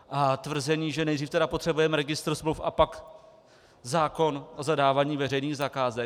A tvrzení, že nejdřív tedy potřebujeme registr smluv a pak zákon o zadávání veřejných zakázek?